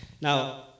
Now